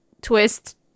twist